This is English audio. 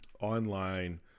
online